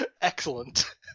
Excellent